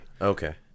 okay